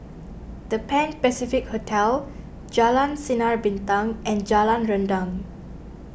the Pan Pacific Hotel Jalan Sinar Bintang and Jalan Rendang